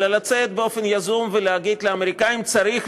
אלא לצאת באופן יזום ולהגיד לאמריקנים: צריך